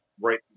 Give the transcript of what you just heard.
right